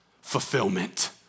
fulfillment